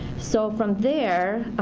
so from there,